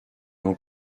n’en